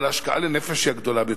אבל ההשקעה לנפש היא הגדולה ביותר.